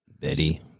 Betty